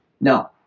No